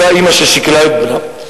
אותה אמא ששכלה את בנה.